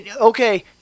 okay